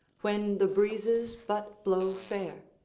when the breezes but blow fair.